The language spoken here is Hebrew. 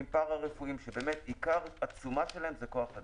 פארה-רפואיים שבאמת עיקר התשומה שלהם זה כוח אדם.